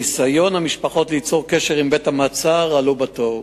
ניסיון המשפחות ליצור קשר עם בית-המעצר עלה בתוהו.